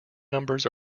numbers